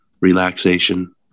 Relaxation